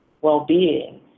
well-being